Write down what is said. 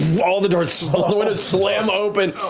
all the doors, all the windows slam open.